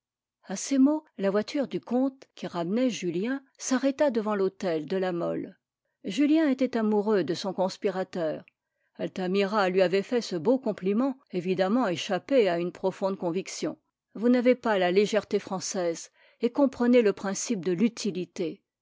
a ces mots la voiture du comte qui ramenait julien s'arrêta devant l'hôtel de la mole julien était amoureux de son conspirateur altamira lui avait fait ce beau compliment évidemment échappé à une profonde conviction vous n'avez pas la légèreté française et comprenez le principe de l'utilité